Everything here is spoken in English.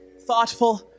thoughtful